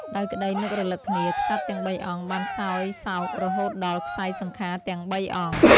ដោយក្តីនឹករលឹកគ្នា ក្សត្រទាំងបីអង្គបានសោយសោករហូតដល់ក្ស័យសង្ខារទាំងបីអង្គ។